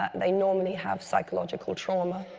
they normally have psychological trauma.